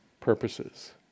purposes